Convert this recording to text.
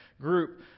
group